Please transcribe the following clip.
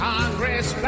Congress